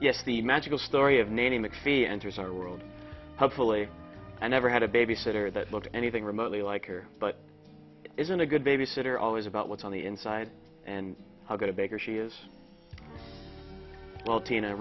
yes the magical story of nanny mcphee enters our world hopefully i never had a babysitter that looked anything remotely like her but isn't a good babysitter always about what's on the inside and i'll get a bigger she is well tina